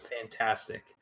fantastic